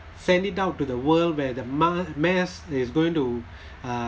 send it out to the world where the ma~ mass is going to uh